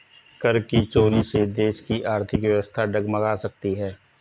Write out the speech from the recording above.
कर की चोरी से देश की आर्थिक व्यवस्था डगमगा सकती है